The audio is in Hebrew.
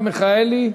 חברת הכנסת מרב מיכאלי,